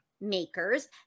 makers